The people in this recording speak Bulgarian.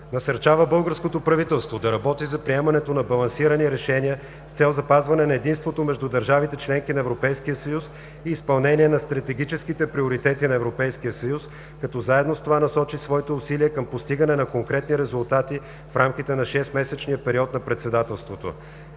Насърчава българското правителство да работи за приемането на балансирани решения с цел запазване на единството между държавите – членки на Европейския съюз, и изпълнение на стратегическите приоритети на Европейския съюз, като заедно с това насочи своите усилия към постигане на конкретни резултати в рамките на 6-месечния период на председателството.